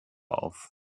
auf